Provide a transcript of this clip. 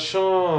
no